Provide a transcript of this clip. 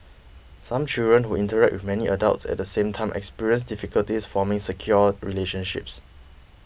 some children who interact with many adults at the same time experience difficulties forming secure relationships